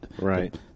Right